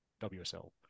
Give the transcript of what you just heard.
wsl